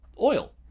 oil